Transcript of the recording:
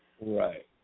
Right